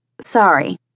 Sorry